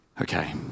Okay